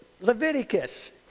Leviticus